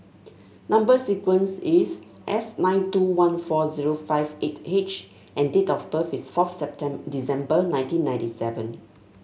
number sequence is S nine two one four zero five eight H and date of birth is fourth December nineteen ninety seven